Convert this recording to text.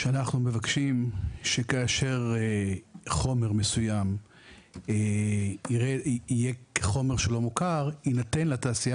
שאנחנו מבקשים שכאשר חומר מסוים יהיה חומר לא מוכר יינתן לתעשייה